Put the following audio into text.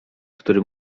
który